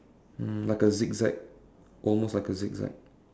um like a zigzag almost like a zigzag